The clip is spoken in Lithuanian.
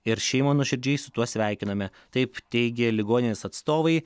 ir šeimą nuoširdžiai su tuo sveikiname taip teigė ligoninės atstovai